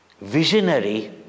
visionary